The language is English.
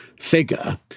figure